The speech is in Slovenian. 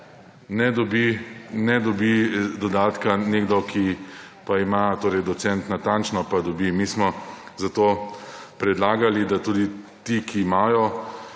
ne dobi dodatka. Nekdo, ki pa ima torej do centa natančno, pa dobi. Mi smo zato predlagali, da tudi ti, ki imajo